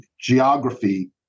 geography